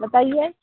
बताइए